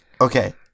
Okay